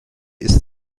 ist